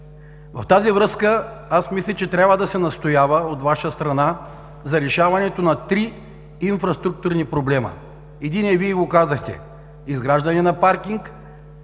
са очевадни. Мисля, че трябва да се настоява от Ваша страна за решаването на три инфраструктурни проблема. Единият Вие го казахте – изграждане на паркинг